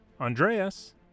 Andreas